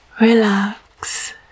relax